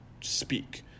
speak